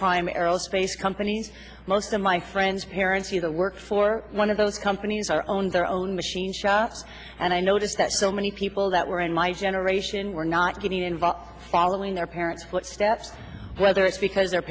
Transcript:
primarily space companies most of my friends parents either work for one of those companies or owned their own machine shop and i noticed that so many people that were in my generation were not getting involved following their parents footsteps whether it's because their